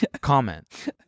Comment